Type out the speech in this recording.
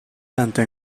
tanto